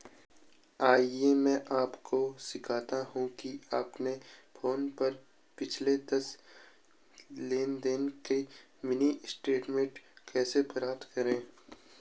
आइए मैं आपको सिखाता हूं कि अपने फोन पर पिछले दस लेनदेन का मिनी स्टेटमेंट कैसे प्राप्त करें